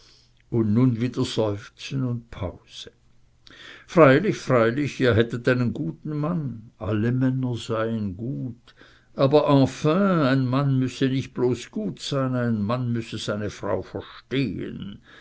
und nun wieder seufzen und pause freilich freilich ihr hättet einen guten mann alle männer seien gut aber enfin ein mann müsse nicht bloß gut sein ein mann müsse seine frau verstehen